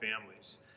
families